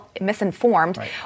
misinformed